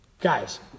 Guys